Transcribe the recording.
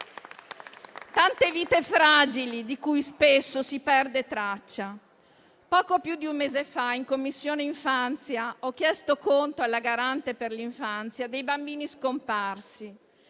tante vite fragili, di cui spesso si perde traccia. Poco più di un mese fa, in Commissione infanzia, ho chiesto conto dei bambini scomparsi